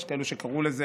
יש כאלה שקראו לזה,